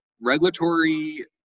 regulatory